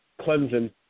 Clemson